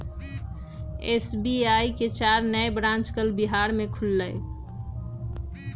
SBI के चार नए ब्रांच कल बिहार में खुलय